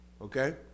okay